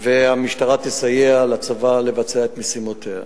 והמשטרה תסייע לצבא לבצע את משימותיו.